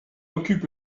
occupe